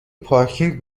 پارکینگ